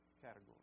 category